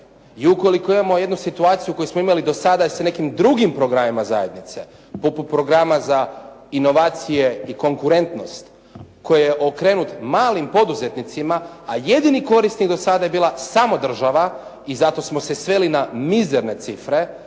i ukoliko imamo jednu situaciju koju smo imali do sada sa nekim drugim programima zajednice poput programa za inovacije i konkurentnost koji je okrenut malim poduzetnicima, a jedini korisnik do sada je bila samo država i zato smo se sveli na mizerne cifre,